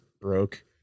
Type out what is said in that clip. broke